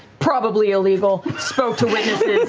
probably illegal, spoke to witnesses,